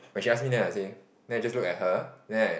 when she ask me then I will say then I just look at her then I